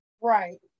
Right